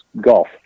Golf